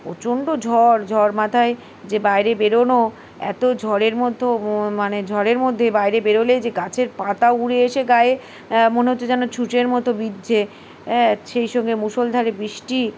প্রচণ্ড ঝড় ঝড় মাথায় যে বাইরে বেরোনো এত ঝড়ের মতো মানে ঝড়ের মধ্যে বাইরে বেরোলেই যে গাছের পাতা উড়ে এসে গায়ে মনে হচ্ছে যেন ছুঁচের মতো বিঁধছে হ্যাঁ সেই সঙ্গে মুসলধারে বৃষ্টি